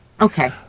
Okay